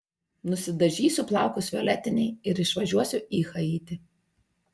nusidažysiu plaukus violetiniai ir išvažiuosiu į haitį